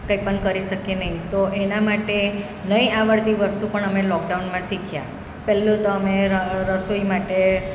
કંઈ પણ કરી શકીએ નહિ તો એના માટે નહિ આવડતી વસ્તુ પણ અમે લોકડાઉનમાં શીખ્યા પહેલું તો અમે ર ન રસોઈ માટે